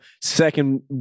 Second